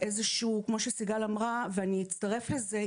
כמו שסיגל אמרה ואני אצטרף לזה,